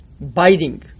Biting